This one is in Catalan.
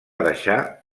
deixar